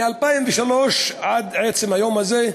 מ-2003 עד עצם היום הזה,